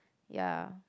ya